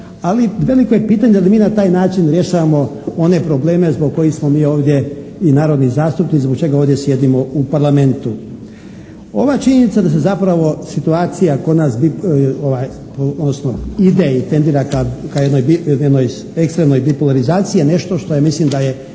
ali veliko je pitanje da li mi na taj način rješavamo one probleme zbog kojih smo mi ovdje i narodni zastupnici, zbog čega ovdje sjedimo u parlamentu. Ova činjenica da se zapravo situacija kod nas odnosno ide i tendira ka jednoj ektremnoj bipolarizaciji je nešto što mislim da nije